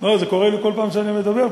זה קורה לי כל פעם שאני מדבר,